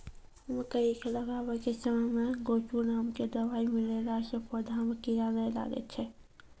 मकई के लगाबै के समय मे गोचु नाम के दवाई मिलैला से पौधा मे कीड़ा नैय लागै छै?